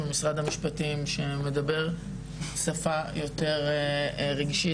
משרד המשפטים שמדבר שפה יותר רגשית.